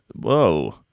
whoa